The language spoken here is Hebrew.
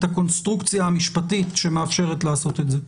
הקונסטרוקציה המשפטית שמאפשרת לעשות את זה.